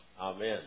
Amen